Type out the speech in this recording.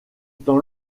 temps